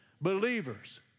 Believers